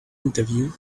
interview